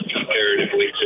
Comparatively